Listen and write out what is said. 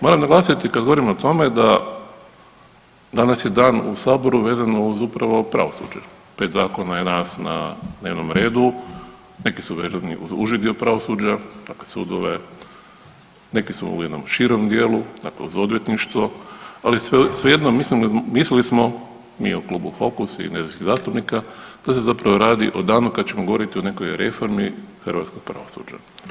Moram naglasiti kad govorimo o tome da danas je dan u Saboru vezano uz upravo pravosuđe, 5 zakona je danas na dnevnom redu, neki su vezani uz uži dio pravosuđa, neke sudove, neke su u jednom širem dijelu, dakle uz odvjetništvo, ali svejedno, mislili smo mi u Klubu Fokus i nezavisnih zastupnika da se zapravo radi o danu kad ćemo govoriti o nekoj reformi hrvatskog pravosuđa.